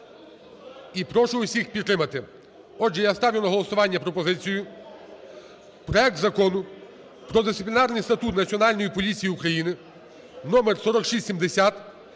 і прошу усіх підтримати. Отже, я ставлю на голосування пропозицію проект Закону про Дисциплінарний статут Національної поліції України (№ 4670)